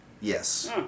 Yes